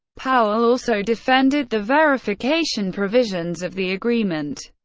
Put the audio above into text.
powell also defended the verification provisions of the agreement,